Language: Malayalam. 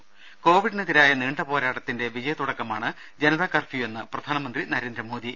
ത കോവിഡിനെതിരായ നീണ്ട പോരാട്ടത്തിന്റെ വിജയത്തുടക്കമാണ് ജനതാ കർഫ്യൂ എന്ന് പ്രധാനമന്ത്രി നരേന്ദ്രമോദി